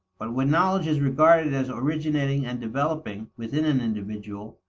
but when knowledge is regarded as originating and developing within an individual,